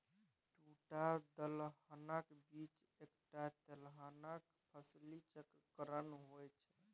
दूटा दलहनक बीच एकटा तेलहन फसली चक्रीकरण होए छै